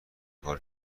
کار